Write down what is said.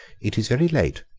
it is very late,